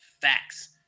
facts